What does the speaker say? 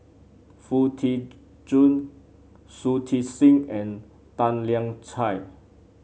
Foo Tee Jun Shui Tit Sing and Tan Lian Chye